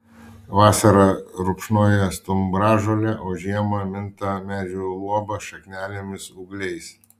vasarą rupšnoja stumbražolę o žiemą minta medžių luoba šaknelėmis ūgliais